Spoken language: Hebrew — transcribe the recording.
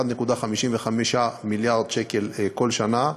1.55 מיליארד שקל כל שנה,